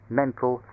mental